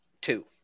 Two